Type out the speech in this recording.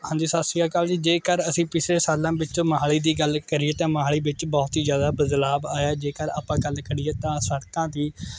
ਹਾਂਜੀ ਸਤਿ ਸ਼੍ਰੀ ਅਕਾਲ ਜੀ ਜੇਕਰ ਅਸੀਂ ਪਿਛਲੇ ਸਾਲਾਂ ਵਿੱਚ ਮੋਹਾਲੀ ਦੀ ਗੱਲ ਕਰੀਏ ਤਾਂ ਮੋਹਾਲੀ ਵਿੱਚ ਬਹੁਤ ਹੀ ਜ਼ਿਆਦਾ ਬਦਲਾਵ ਆਇਆ ਜੇਕਰ ਆਪਾਂ ਗੱਲ ਕਰੀਏ ਤਾਂ ਸੜਕਾਂ ਦੀ